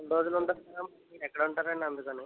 ఎన్నిరోజులుంటారు sir మీరెక్కడుంటారండి అందుకని